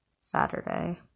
Saturday